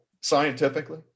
scientifically